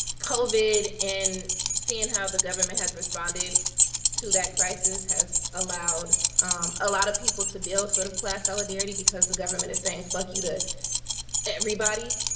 covid and seeing how the government has responded to that crisis has allowed a lot of people to build sort of class solidarity, because the government is saying fuck you to everybody.